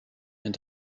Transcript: and